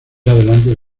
adelante